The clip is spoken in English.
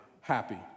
happy